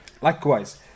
Likewise